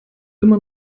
immer